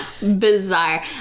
bizarre